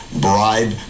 bribe